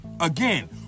Again